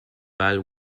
while